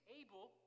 able